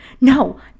no